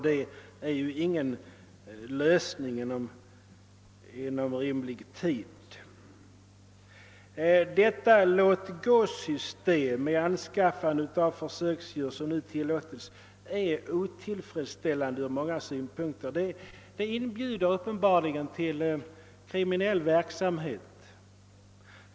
Detta innebär alltså inte någon lösning inom rimlig tid. Det låt-gå-system som nu tillåtes är helt otillfredsställande ur många synpunkter. Det inbjuder uppenbarligen till kriminell verksamhet.